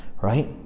Right